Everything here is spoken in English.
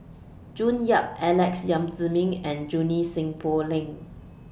June Yap Alex Yam Ziming and Junie Sng Poh Leng